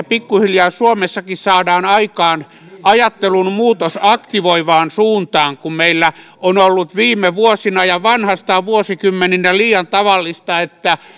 pikkuhiljaa suomessakin saadaan aikaan ajattelun muutos aktivoivaan suuntaan kun meillä on ollut viime vuosina ja vanhastaan vuosikymmenten ajan liian tavallista että